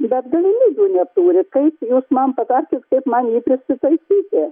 bet galimybių neturi kaip jūs man patarkit kaip man jį prisitaisyti